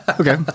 okay